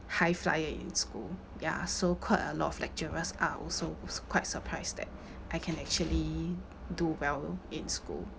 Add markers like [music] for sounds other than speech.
high-flyer in school ya so quite a lot of lecturers are also su~ quite surprised that [breath] I can actually do well in school